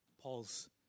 Paul's